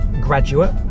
graduate